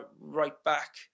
right-back